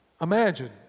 Imagine